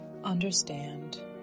Understand